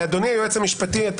אדוני, היועץ המשפטי.